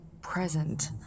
present